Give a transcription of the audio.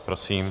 Prosím.